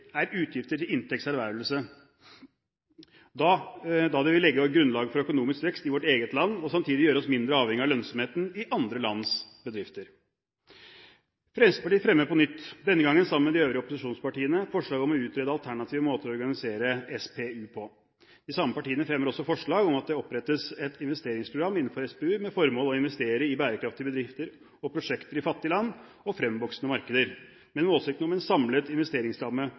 er utgifter til inntekts ervervelse, da det vil legge grunnlaget for økonomisk vekst i vårt eget land og samtidig gjøre oss mindre avhengig av lønnsomheten i andre lands bedrifter. Fremskrittspartiet fremmer på nytt, denne gangen sammen med de øvrige opposisjonspartiene, forslag om å utrede alternative måter å organisere SPU på. De samme partiene fremmer også forslag om at det opprettes et investeringsprogram innenfor SPU med formål å investere i bærekraftige bedrifter og prosjekter i fattige land og i fremvoksende markeder, med en målsetting om en samlet investeringsramme